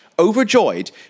Overjoyed